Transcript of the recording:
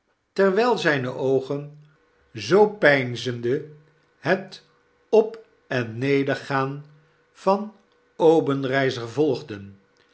terwijl zyne oogen zoo peinoverdenkingek zende het op en nedergaan van obenreizer volgden